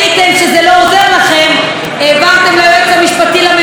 העברתם ליועץ המשפטי לממשלה שאלות על